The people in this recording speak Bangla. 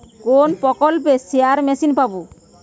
কোন প্রকল্পে স্পেয়ার মেশিন পাব?